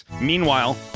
Meanwhile